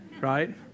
right